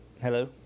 Hello